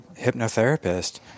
hypnotherapist